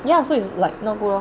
ya so it's like not good ah